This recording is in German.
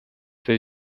will